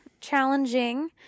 challenging